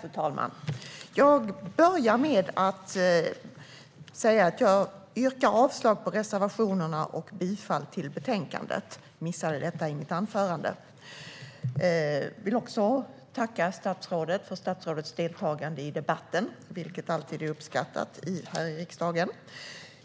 Fru talman! Jag börjar med att yrka avslag på reservationerna och bifall till utskottets förslag i betänkandet, eftersom jag missade detta i mitt anförande. Jag vill också tacka statsrådet för hennes deltagande i debatten. Det är alltid uppskattat här i riksdagen.